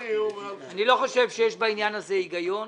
אני לא חושב שיש בעניין הזה היגיון,